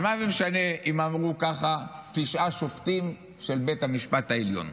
אז מה זה משנה אם אמרו ככה תשעה שופטים של בית המשפט העליון,